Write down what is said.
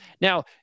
Now